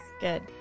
Good